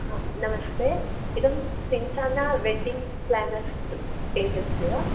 हा नमस्ते इदं सिञ्चना वेड्डिङ्ग् प्लेन्नर्स् एजेन्सि वा